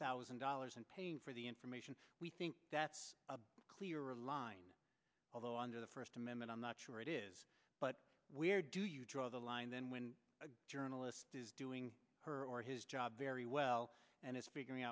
thousand dollars and paying for the information we think that's a clear line although under the first amendment i'm not sure it is but where do you draw the line then when a journalist is doing her or his job very well and is figuring